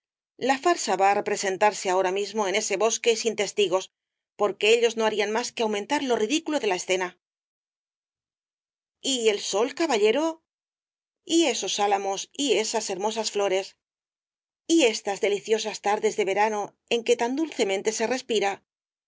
la farsa va á representarse ahora mismo en ese bosque y sin testigos porque ellos no harían más que aumentar lo ridículo de la escena y el sol caballero y esos álamos y esas hermosas flores y estas deliciosas tardes de verano en que tan dulcemente se respira